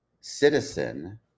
citizen